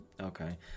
okay